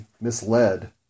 misled